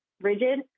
rigid